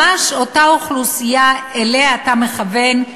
ממש אותה אוכלוסייה שאליה אתה מכוון,